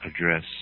address